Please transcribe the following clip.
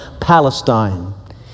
Palestine